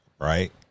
Right